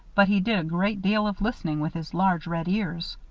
but he did a great deal of listening with his large red ears.